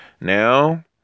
Now